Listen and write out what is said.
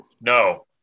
No